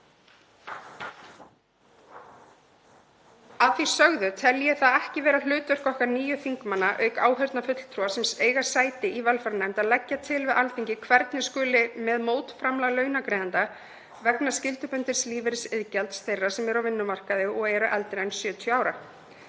Að því sögðu tel ég það ekki vera hlutverk okkar, níu þingmanna, auk áheyrnarfulltrúa sem eiga sæti í velferðarnefnd, að leggja til við Alþingi hvernig skuli fara með mótframlag launagreiðanda vegna skyldubundins lífeyrissjóðsiðgjalds þeirra sem eru á vinnumarkaði og eru eldri en 70 ára.